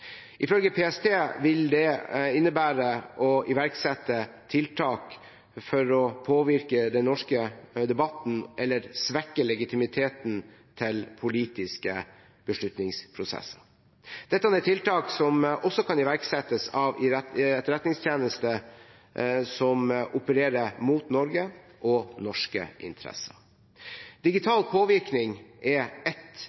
Ifølge PST vil det innebære å iverksette tiltak for å påvirke den norske debatten eller svekke legitimiteten til politiske beslutningsprosesser. Dette er tiltak som også kan iverksettes av etterretningstjenester som opererer mot Norge og norske interesser. Digital påvirkning er ett